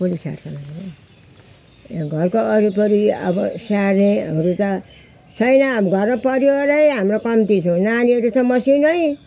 कसले स्याहार्छ भन्नु घरको वरिपरि अब स्याहार्नेहरू त छैन अब घरमा परिवार हाम्रो कम्ती छौँ नानीहरू छ मसिनो